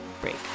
Break